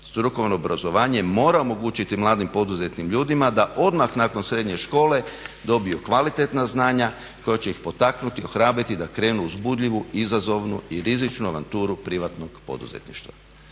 Strukovno obrazovanje mora omogućiti mladim poduzetnim ljudima da odmah nakon srednje škole dobiju kvalitetna znanja koja će ih potaknuti i ohrabriti da krenu u uzbudljivu, izazovnu i rizičnu avanturu privatnog poduzetništva.